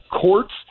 court's